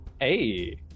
Hey